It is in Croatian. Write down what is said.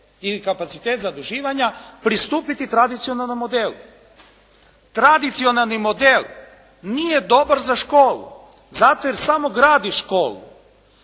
ili kapacitet zaduživanja pristupiti tradicionalnom modelu. Tradicionalni model nije dobar za školu zato jer samo gradi školu.